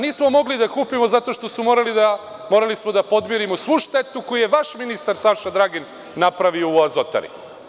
Nismo mogli da kupimo zato što smo morali da podmirimo svu štetu koju je vaš ministar Saša Dragin napravio u Azotari.